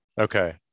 okay